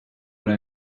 what